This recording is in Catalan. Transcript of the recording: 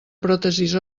pròtesis